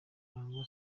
karangwa